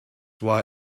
why